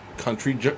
Country